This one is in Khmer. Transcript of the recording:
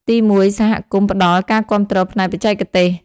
ទីមួយ សហគមន៍ផ្ដល់ ការគាំទ្រផ្នែកបច្ចេកទេស។